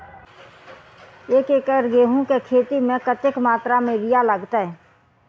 एक एकड़ गेंहूँ केँ खेती मे कतेक मात्रा मे यूरिया लागतै?